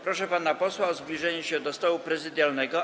Proszę pana posła o zbliżenie się do stołu prezydialnego.